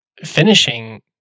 Finishing